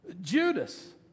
Judas